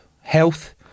health